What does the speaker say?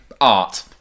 art